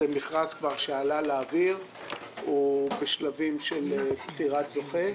המכרז כבר יצא לאוויר והוא בשלבים של בחירת זוכה.